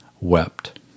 wept